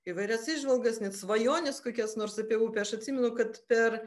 įvairias įžvalgas net svajones kokias nors apie upę aš atsimenu kad per